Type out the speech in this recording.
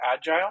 agile